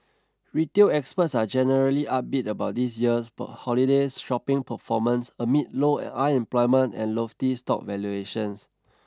retail experts are generally upbeat about this year's holidays shopping performance amid low unemployment and lofty stock valuations